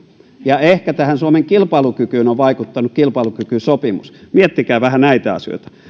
ja ehkä tähän suomen kilpailukykyyn on vaikuttanut kilpailukykysopimus miettikää vähän näitä asioita